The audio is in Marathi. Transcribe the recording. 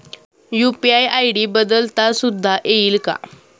यू.पी.आय आय.डी बदलता सुद्धा येईल का?